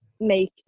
make